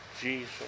Jesus